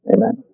Amen